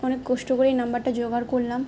অনেক কষ্ট করে এই নম্বরটা জোগড় করলাম